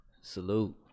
salute